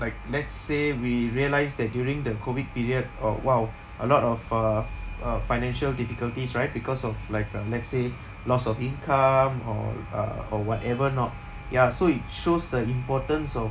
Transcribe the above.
like let's say we realised that during the COVID period oh !wow! a lot of uh f~ uh financial difficulties right because of like uh let's say loss of income or uh or whatever not ya so it shows the importance of